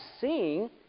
seeing